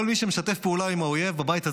כל מי שמשתף פעולה עם האויב בבית הזה,